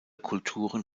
kulturen